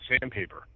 sandpaper